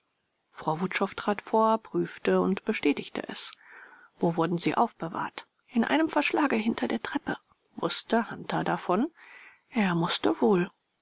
frau wutschow trat vor prüfte und bestätigte es wo wurden sie aufbewahrt in einem verschlage hinter der treppe wußte hunter davon er mußte wohl